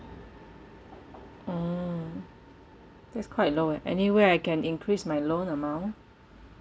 mm that's quite low eh anyway I can increase my loan amount